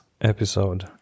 episode